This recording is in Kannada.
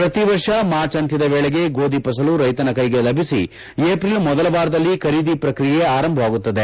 ಪ್ರತಿ ವರ್ಷ ಮಾರ್ಚ್ ಅಂತ್ಯದ ವೇಳೆಗೆ ಗೋಧಿ ಫಸಲು ರೈತನ ಕೈಗೆ ಲಭಿಸಿ ಏಪ್ರಿಲ್ ಮೊದಲ ವಾರದಲ್ಲಿ ಖರೀದಿ ಪ್ರಕ್ರಿಯೆ ಆರಂಭವಾಗುತ್ತದೆ